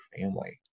family